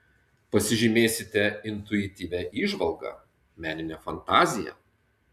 pasižymėsite intuityvia įžvalga menine fantazija